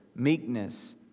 meekness